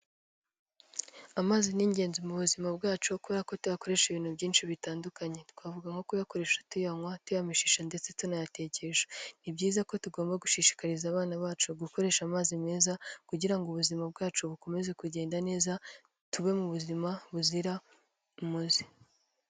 amazi ni ingenzi mu buzima bwacu kubera ko tukoresha ibintu byinshi bitandukanye, twavuga nko kuyakoresha tuyanywa, tuyameshesha ndetse tunayatekesha. Ni byiza ko tugomba gushishikariza abana bacu gukoresha amazi meza kugira ngo ubuzima bwacu bukomeze kugenda neza, tube mu buzima buzira umuze.